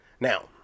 Now